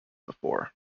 before